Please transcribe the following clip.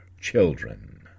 children